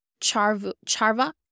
charva